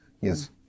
Yes